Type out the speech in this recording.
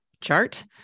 chart